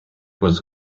was